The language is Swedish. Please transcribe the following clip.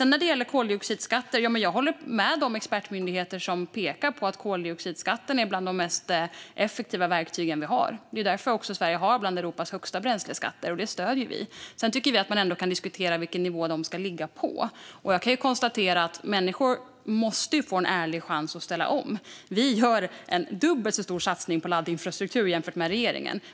När det gäller koldioxidskatter håller jag med de expertmyndigheter som pekar på att koldioxidskatten är ett av de mest effektiva verktyg som vi har. Det är också därför som Sverige har en av Europas högsta bränsleskatter, och det stöder vi. Sedan tycker vi att man ändå kan diskutera vilken nivå de ska ligga på, för människor måste få en ärlig chans att ställa om. Vi gör en dubbelt så stor satsning på laddinfrastruktur jämfört med regeringen.